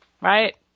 Right